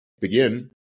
Begin